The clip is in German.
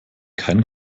kein